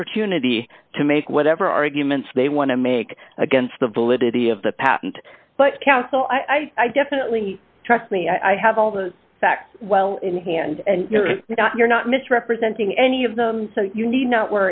opportunity to make whatever arguments they want to make against the validity of the patent but counsel i definitely trust me i have all the facts well in hand and you're not misrepresenting any of them so you need not